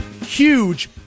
huge